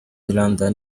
london